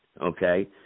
Okay